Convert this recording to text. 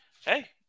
Hey